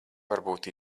varbūt